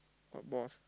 what boss